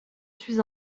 suis